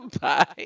Bye